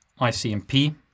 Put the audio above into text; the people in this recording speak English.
ICMP